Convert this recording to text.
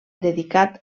dedicat